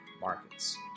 markets